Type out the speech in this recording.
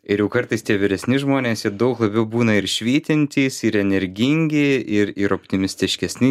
ir jau kartais tie vyresni žmonės jie daug labiau būna ir švytintys ir energingi ir ir optimistiškesni